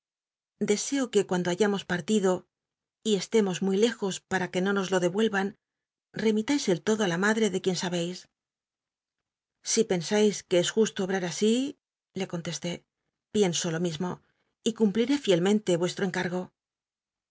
deseo que cuando hayamos partido y estemos muy lejos para que no nos lo dcl'uelva n remítais el todo á in madre de qu ien sabcis si pensais que es justo obrar asi le contesté pienso lo mismo y cumpliré fielmente vuestro encargo